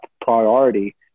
priority